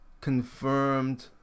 confirmed